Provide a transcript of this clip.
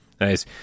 Nice